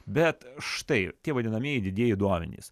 bet štai tie vadinamieji didieji duomenys